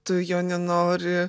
tu jo nenori